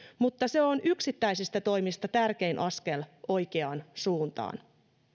mutta se on yksittäisistä toimista tärkein askel oikeaan suuntaan